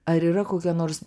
ar yra kokia nors